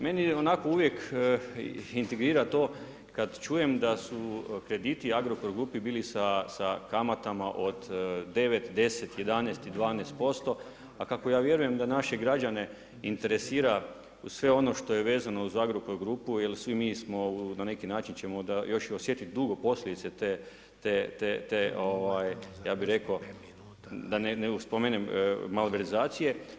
Meni onako uvijek integrira to kada čujem da su krediti u Agrokor grupi bili sa kamatama od 9, 10, 11 i 12% a kako ja vjerujem da naše građane interesira uz sve ono što je vezano uz Agrokor grupu jer svi mi smo, na neki način ćemo još osjetiti dugo posljedice te, ja bih rekao da ne spomenem malverzacije.